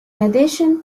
addition